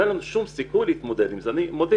לא היה לנו שום סיכוי להתמודד עם זה אני מודה.